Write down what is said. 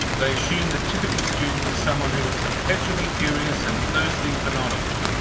they assume the typical student is someone who is perpetually curious and thirsting for knowledge.